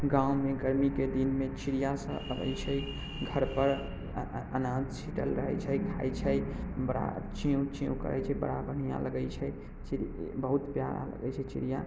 गाममे गरमीके दिनमे चिड़ियासभ अबैत छै घरपर अनाज छीटल रहैत छै खाइत छै बड़ा च्यूँ च्यूँ करै छै बड़ा बढ़िआँ लगैत छै बहुत प्यारा लगैत छै चिड़िया